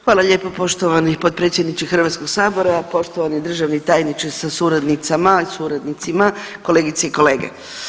Hvala lijepo poštovani potpredsjedniče Hrvatskog sabora, poštovani državni tajniče sa suradnicama, suradnicima, kolegice i kolege.